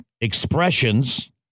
Expressions